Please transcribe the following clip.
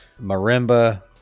Marimba